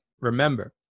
remember